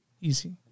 Easy